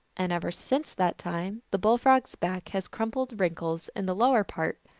and ever since that time the bull-frog s back has crumpled wrinkles in the lower part,